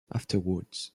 afterwards